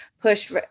push